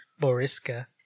Boriska